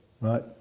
right